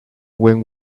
when